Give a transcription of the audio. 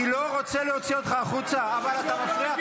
אני לא רוצה להוציא אותך החוצה, אבל אתה מפריע.